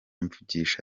mvugisha